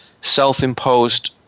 self-imposed